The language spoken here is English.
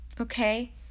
Okay